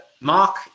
Mark